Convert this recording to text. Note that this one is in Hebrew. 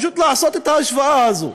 פשוט לעשות את ההשוואה הזו.